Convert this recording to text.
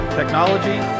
technology